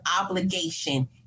obligation